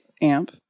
amp